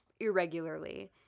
irregularly